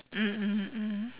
mm mm mm